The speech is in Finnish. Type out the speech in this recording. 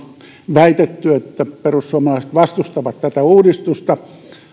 väitetty että perussuomalaiset vastustavat tätä uudistusta